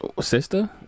Sister